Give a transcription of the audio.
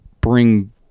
bring